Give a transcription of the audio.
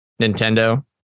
Nintendo